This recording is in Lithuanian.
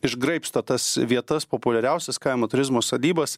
išgraibsto tas vietas populiariausias kaimo turizmo sodybas